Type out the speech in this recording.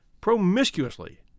promiscuously